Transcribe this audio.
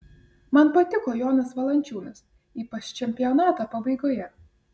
man patiko jonas valančiūnas ypač čempionato pabaigoje